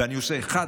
ואני עושה אחד,